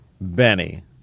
Benny